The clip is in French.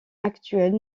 actuelle